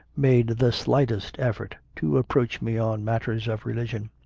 made the slightest effort to approach me on matters of religion.